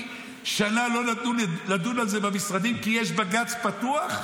ושנה לא נתנו לדון על זה במשרדים כי יש בג"ץ פתוח?